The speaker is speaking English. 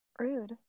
Rude